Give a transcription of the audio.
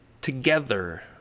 together